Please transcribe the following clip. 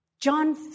John